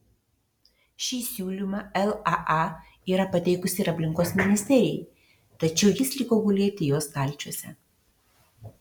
šį siūlymą laa yra pateikusi ir aplinkos ministerijai tačiau jis liko gulėti jos stalčiuose